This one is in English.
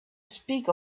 speak